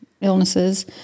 illnesses